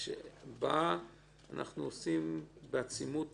שבהם אנחנו עושים בעצימות